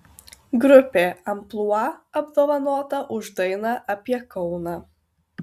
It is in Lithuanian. grupė amplua apdovanota už dainą apie kauną